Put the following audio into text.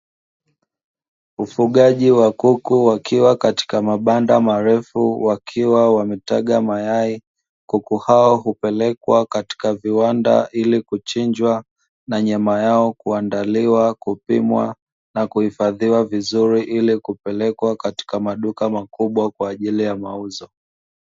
Ufugaji wa kuku wakiwa katika mabanda marefu wakiwa wametaga mayai kuku hao hupelekwa katika viwanda ili kuchinjwa na nyama yao kuandaliwa kupimwa na kuhifadhiwa vizuri ili kupelekwa katika maduka makubwa kwa ajili ya mauzo.